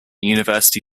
university